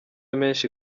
menshi